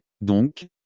donc